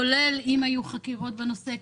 כולל אם היו חקירות בנושא,